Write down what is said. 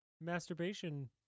masturbation